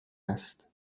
است